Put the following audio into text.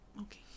okay